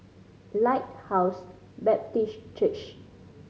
Lighthouse Baptist Church